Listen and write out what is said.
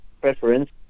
preference